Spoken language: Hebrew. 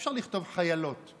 אי-אפשר לכתוב "חיילות".